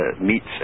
meets